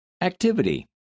Activity